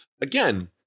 again